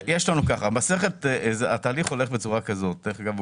התהליך הולך באופן הבא דרך אגב,